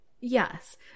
Yes